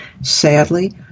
Sadly